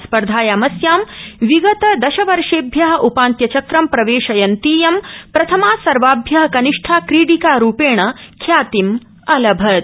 स्पर्धायामस्यां विगत दशवर्षेभ्य उपान्त्यचक्रं प्रवेशयन्तीयं प्रथमा सर्वाभ्य कनिष्ठा क्रीडिकारूपेण ख्यातिमलभत्